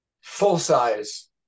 full-size